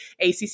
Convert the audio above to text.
ACC